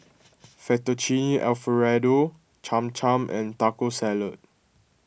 Fettuccine Alfredo Cham Cham and Taco Salad